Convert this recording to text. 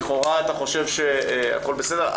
לכאורה אתה חושב שהכול בסדר.